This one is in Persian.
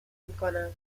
میکنم